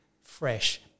fresh